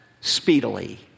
speedily